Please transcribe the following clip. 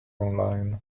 online